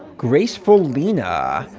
graceful, lena.